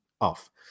off